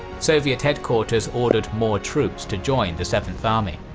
soviet headquarters ordered more troops to join the seventh army.